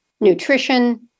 nutrition